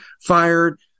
fired